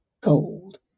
gold